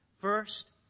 First